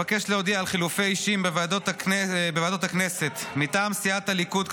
אבקש להודיע על חילופי אישים בוועדות הכנסת מטעם סיעת הליכוד,